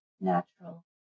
natural